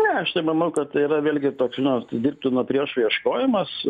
ne aš nemanau kad tai yra vėlgi toks žinot dirbtino priešo ieškojimas